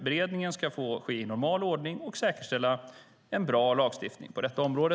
Beredningen ska få ske i normal ordning för att säkerställa en bra lagstiftning på detta område.